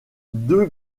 deux